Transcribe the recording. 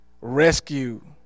Rescue